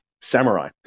samurai